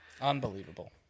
Unbelievable